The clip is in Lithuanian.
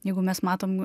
jeigu mes matom